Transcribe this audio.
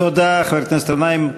תודה, חבר הכנסת גנאים.